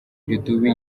irudubi